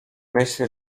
myśl